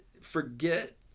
forget